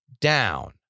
down